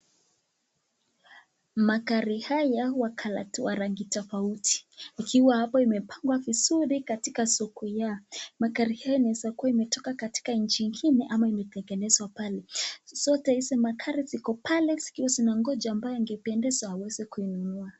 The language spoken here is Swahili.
Magari haya wa rangi tofauti ikiwa hapoa imepangwa vizuri katika soko yao. Magari haya imaweza kuwa imetoka katika nchi ingine ama imetengemnezwa pale. Zote hizi magari ziko pale zikiwa zinangoja ambaye ingempendeza aweze kununua.